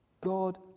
God